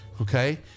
Okay